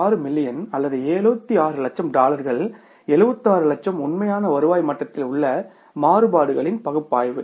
6 million அல்லது 76 லட்சம் டாலர்கள் 76 லட்சம் உண்மையான வருவாய் மட்டத்தில் உள்ள மாறுபாடுகளின் பகுப்பாய்வு